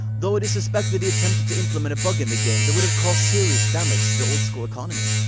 though it is suspected he attempted to implement a bug in the game that would've caused serious damage to oldschool economy.